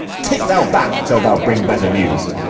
take thou that till thou bring better news.